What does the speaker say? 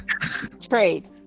Trade